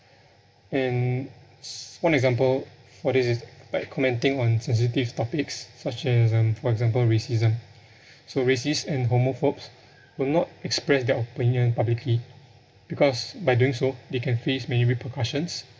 and s~ one example for this is like commenting on sensitive topics such as um for example racism so racists and homophobes will not express their opinion publicly because by doing so they can face many people questions